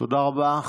תודה רבה.